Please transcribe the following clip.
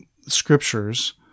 scriptures